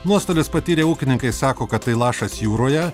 nuostolius patyrę ūkininkai sako kad tai lašas jūroje